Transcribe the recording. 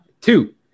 two